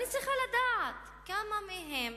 אני צריכה לדעת כמה מהם